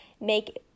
make